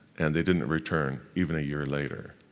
and they didn't return, even a year later.